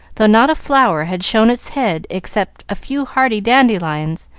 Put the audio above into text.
though not a flower had shown its head except a few hardy dandelions,